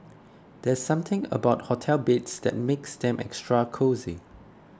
there's something about hotel beds that makes them extra cosy